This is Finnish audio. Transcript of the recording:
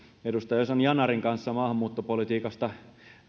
edustaja ozan yanarin kanssa maahanmuuttopolitiikasta